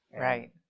Right